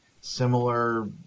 similar